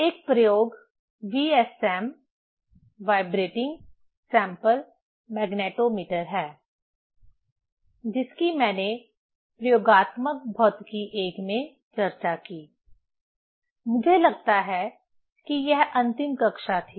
एक प्रयोग VSM vibrating sample magnetometer है जिसकी मैंने प्रयोगात्मक भौतिकी I में चर्चा की मुझे लगता है कि यह अंतिम कक्षा थी